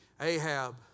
Ahab